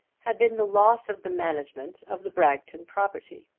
had been the loss of the management of the bragton property.